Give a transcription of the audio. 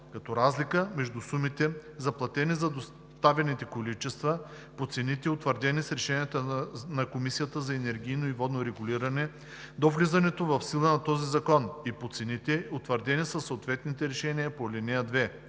като разлика между сумите, заплатени за доставените количества, по цените, утвърдени с решенията на Комисията за енергийно и водно регулиране до влизането в сила на този закон, и по цените, утвърдени със съответните решения по ал. 2